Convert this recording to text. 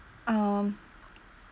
um